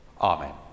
Amen